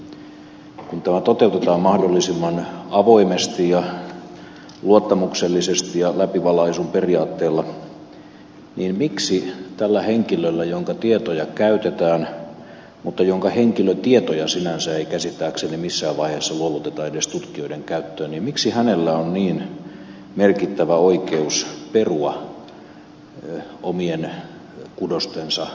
kun tämä toteutetaan mahdollisimman avoimesti ja luottamuksellisesti ja läpivalaisun periaatteella miksi tällä henkilöllä jonka tietoja käytetään mutta jonka henkilötietoja ei sinänsä käsittääkseni missään vaiheessa luovuteta edes tutkijoiden käyttöön on niin merkittävä oikeus perua omien kudostensa käyttö